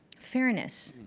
fairness.